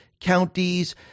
counties